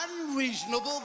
unreasonable